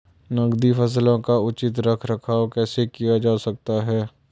नकदी फसलों का उचित रख रखाव कैसे किया जा सकता है?